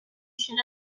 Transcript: should